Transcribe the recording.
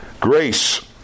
grace